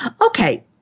Okay